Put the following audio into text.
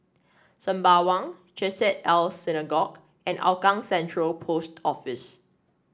Sembawang Chesed El Synagogue and Hougang Central Post Office